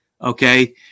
okay